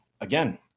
again